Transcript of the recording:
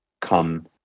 come